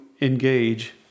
engage